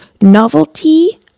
novelty